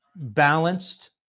Balanced